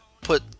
put